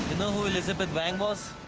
know who elizabeth wang was?